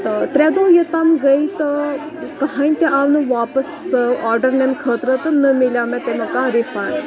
تہٕ ترٛےٚ دۄہ یوٚتام گٔے تہٕ کٕہٕنۍ تہِ آو نہٕ واپَس آرڈَر نِنہٕ خٲطرٕ تہٕ نہ مِلیٛو مےٚ تَمیُک کانٛہہ رِفنٛڈ